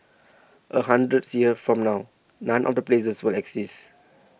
a hundreds years from now none of the places will exist